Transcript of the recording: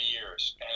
years